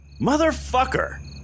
Motherfucker